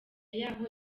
yaho